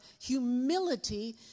humility